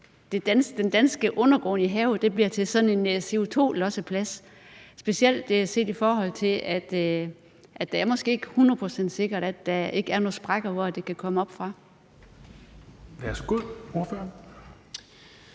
den danske undergrund i havet bliver sådan en CO2-losseplads, specielt set i forhold til at det måske ikke er hundrede procent sikkert, at der ikke er nogen sprækker, hvor det kan komme op fra? Kl. 16:17 Fjerde